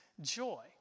joy